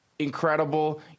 incredible